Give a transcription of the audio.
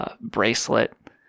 bracelet